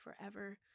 forever